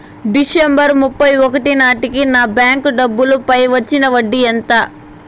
December ముప్పై ఒకటి నాటేకి నా బ్యాంకు డబ్బుల పై వచ్చిన వడ్డీ ఎంత?